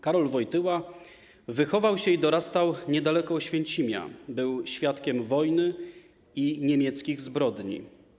Karol Wojtyła wychował się i dorastał niedaleko Oświęcimia, był świadkiem wojny i niemieckich zbrodni.